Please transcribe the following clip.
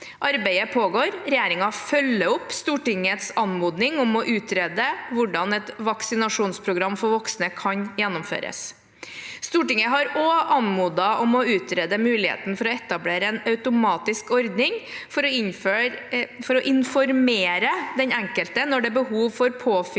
Arbeidet pågår, og regjeringen følger opp Stortingets anmodning om å utrede hvordan et vaksinasjonsprogram for voksne kan gjennomføres. Stortinget har også anmodet om å utrede muligheten for å etablere en automatisk ordning for å informere den enkelte når det er behov for påfyllingsvaksiner